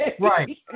Right